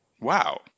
Wow